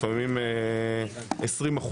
לפעמים 20%,